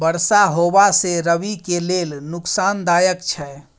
बरसा होबा से रबी के लेल नुकसानदायक छैय?